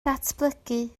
datblygu